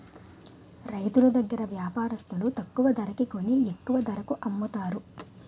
రైతులు దగ్గర వ్యాపారస్తులు తక్కువ ధరకి కొని ఎక్కువ ధరకు అమ్ముతారు